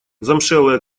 замшелая